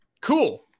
cool